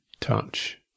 touch